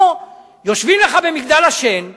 פה יושבים לך במגדל השן אנשים,